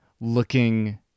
looking